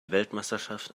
weltmeisterschaft